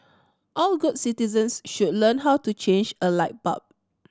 all good citizens should learn how to change a light bulb